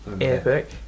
Epic